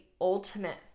ultimate